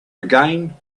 again